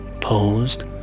posed